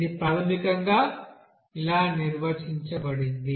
ఇది ప్రాథమికంగా SSxy2SSxxSSyyగా నిర్వచించబడింది